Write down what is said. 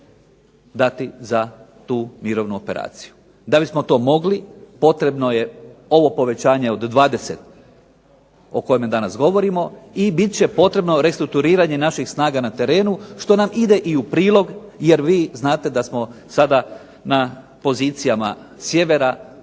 dati za tu mirovnu operaciju. Da bismo to mogli potrebno je ovo povećanje od 20 o kojima danas govorimo i bit će potrebno restrukturiranje naših snaga na terenu što nam ide i u prilog jer vi znate da smo sada na pozicijama sjevera,